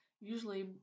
usually